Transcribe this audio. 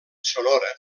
sonora